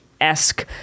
esque